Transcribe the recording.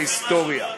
בהיסטוריה.